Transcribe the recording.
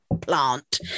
plant